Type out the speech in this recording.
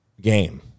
Game